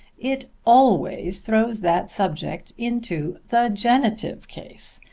it always throws that subject into the genitive case,